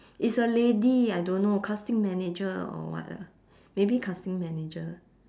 it's a lady I don't know casting manager or what ah maybe casting manager